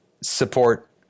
support